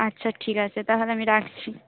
আচ্ছা ঠিক আছে তাহলে আমি রাখছি